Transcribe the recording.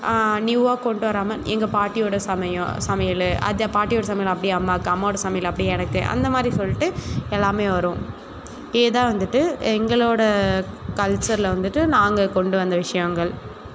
நியூவாக கொண்டு வராமல் எங்கள் பாட்டியோடய சமையோ சமையல் அதுதான் பாட்டியோடய சமையலை அப்படியே அம்மாவுக்கு அம்மாவோடய சமையல் அப்படியே எனக்கு அந்த மாதிரி சொல்லிட்டு எல்லாமே வரும் இப்படியே தான் வந்துட்டு எங்களோடய கல்ச்சரில் வந்துட்டு நாங்கள் கொண்டு வந்த விஷயங்கள்